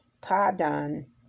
Padan